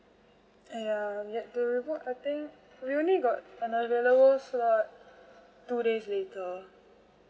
ya we had to re-book I think we only got available slot two days later